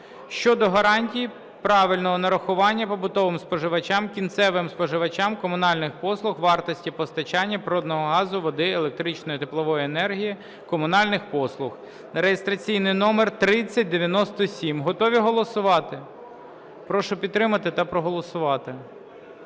(щодо гарантій правильного нарахування побутовим споживачам, кінцевим споживачам комунальних послуг вартості постачання природного газу, води, електричної, теплової енергії, комунальних послуг) (реєстраційний номер 3097). Готові голосувати? Прошу підтримати та проголосувати.